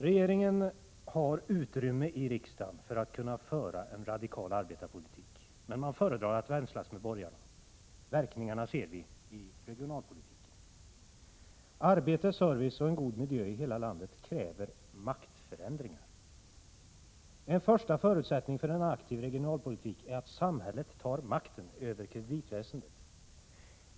Regeringen har utrymme i riksdagen för att kunna föra en radikal arbetarpolitik. Men man föredrar att vänslas med borgarna. Verkningarna ser vi i regionalpolitiken. Arbete, service och en god miljö i hela landet kräver maktförändringar. En första förutsättning för en aktiv regionalpolitik är att samhället tar makten över kreditväsendet.